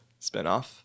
spinoff